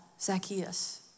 Zacchaeus